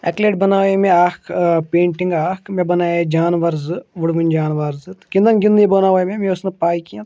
اَکہِ لَٹہِ بَنایے مےٚ اَکھ پینٹِنٛگ اَکھ مےٚ بَنایے جانوار زٕ وُڑوُن جانوَر زٕ تہٕ گِنٛدن گِنٛدنٕے بَنوو یہِ مےٚ مےٚ ٲس نہٕ پےَ کیٚنٛہہ